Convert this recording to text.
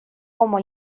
como